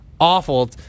awful